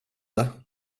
det